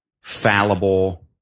fallible